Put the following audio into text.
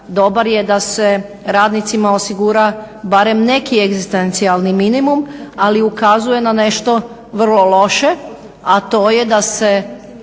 Dobar je da se radnicima osigura barem neki egzistencijalni minimum ali ukazuje na nešto vrlo loše a to je da se